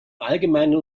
allgemeinen